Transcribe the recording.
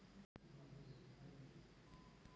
मले जनवरी अस फरवरी मइन्याची माया खात्याची मायती भेटन का?